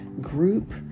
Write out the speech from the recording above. group